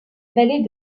vallée